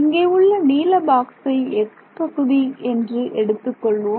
இங்கே உள்ள நீல பாக்சை S பகுதி என்று எடுத்துக்கொள்வோம்